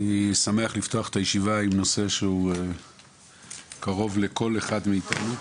אני שמח לפתוח את הישיבה עם נושא שהוא קרוב לכל אחד מאיתנו.